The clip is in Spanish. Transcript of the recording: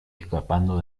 escapando